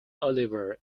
oliver